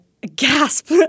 gasp